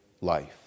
life